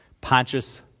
Pontius